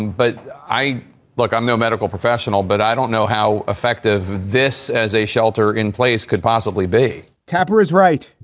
but i look, i'm no medical professional, but i don't know how effective this as a shelter in place could possibly be tapper is right.